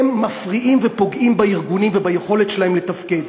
הם מפריעים ופוגעים בארגונים וביכולת שלהם לתפקד.